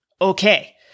Okay